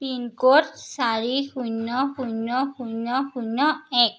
pincode চাৰি শূন্য শূন্য শূন্য শূন্য এক